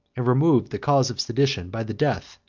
and removed the cause of sedition by the death,